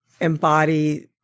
embody